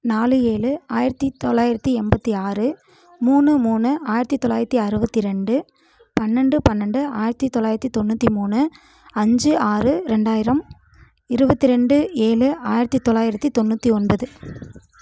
நாலு ஏழூ ஆயிரத்தி தொள்ளாயிரத்தி எண்பத்தி ஆறு மூணு மூணு ஆயிரத்தி தொள்ளாயிரத்தி அறுபத்தி ரெண்டு பன்னெண்டு பன்னெண்டு ஆயிரத்தி தொள்ளாயிரத்தி தொண்ணூற்றி மூணு அஞ்சு ஆறு ரெண்டாயிரம் இருபத்தி ரெண்டு ஏழூ ஆயிரத்தி தொள்ளாயிரத்தி தொண்ணூற்றி ஒன்பது